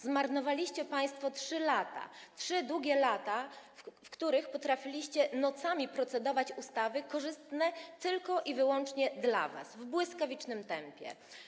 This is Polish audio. Zmarnowaliście państwo 3 lata, 3 długie lata, w ciągu których potrafiliście nocami procedować nad ustawami korzystnymi tylko i wyłącznie dla was w błyskawicznym tempie.